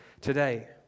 today